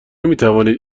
میتوانید